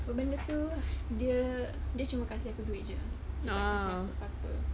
benda tu dia dia cuma kasi aku duit jer dia tak kasi apa-apa